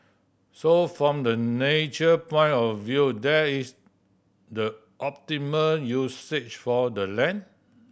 so from the nature point of view that is the optimum usage for the land